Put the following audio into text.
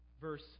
verse